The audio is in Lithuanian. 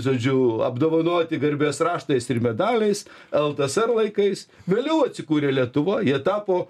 žodžiu apdovanoti garbės raštais ir medaliais ltsr laikais vėliau atsikūrė lietuva jie tapo